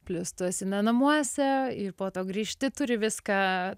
plius tu esi ne namuose ir po to grįžti turi viską